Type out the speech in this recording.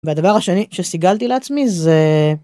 והדבר השני שסיגלתי לעצמי זה...